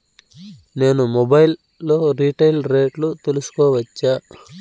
నేను మొబైల్ లో రీటైల్ రేట్లు తెలుసుకోవచ్చా?